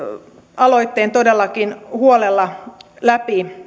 aloitteen todellakin huolella läpi